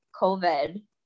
COVID